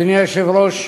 אדוני היושב-ראש,